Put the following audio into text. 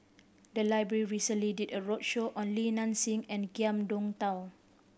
the library recently did a roadshow on Li Nanxing and Ngiam Tong Dow